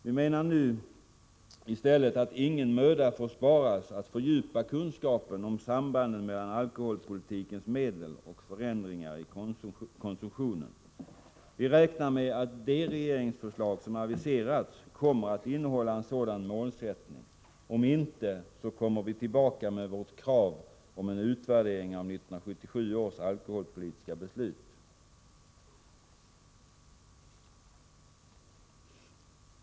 Vi menar nu att ingen möda får sparas att fördjupa kunskapen om sambanden mellan alkoholpolitikens medel och förändringarna i konsumtionen. Vi räknar med att det regeringsförslag som har aviserats kommer att innehålla en sådan målsättning. Om inte, kommer vi tillbaka med vårt krav på en utvärdering av 1977 års alkoholpolitiska beslut.